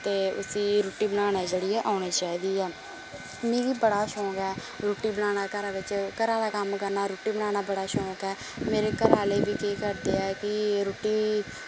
ते उसी रुट्टी बनाना जेहड़ी औना चाहिदी ऐ मिगी बडा शौंक ऐ रुट्टी बनाने दा घरा बिच घरा दा कम्म करना रुट्टी बनाने दा बडा शौंक ऐ मेरे घरे आहले बी केह् करदे हे कि रुट्टी